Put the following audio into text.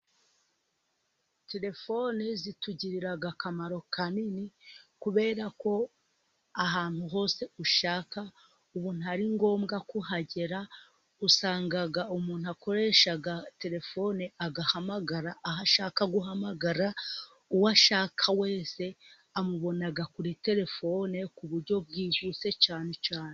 Telefone zitugirira akamaro kanini, kubera ko ahantu hose ushaka, ubu atari ngombwa kuhagera. Usanga umuntu akoresha telefone agahamagara aho ashaka guhamagara. Uwo ashaka wese amubona kuri telefone ku buryo bwihuse cyane.